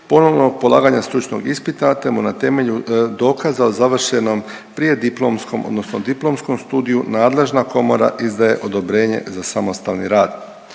ponovnog ponavljanja stručnog ispita te mu na temelju dokaza o završenom prijediplomskom odnosno diplomskom studiju nadležna komora izdaje odobrenje za samostalni rad.